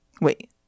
wait